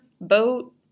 boat